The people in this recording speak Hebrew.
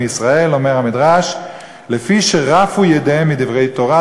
ישראל"; אומר המדרש: "לפי שרפו ידיהם מדברי תורה,